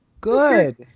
Good